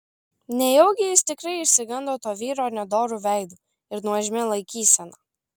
nejaugi jis tikrai išsigando to vyro nedoru veidu ir nuožmia laikysena